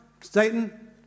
Satan